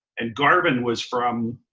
and garvin was from,